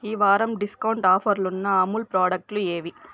ఈవారం discount ఆఫర్లున్న అమూల్ ప్రాడక్టులు ఏవి